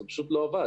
זה פשוט לא עבד.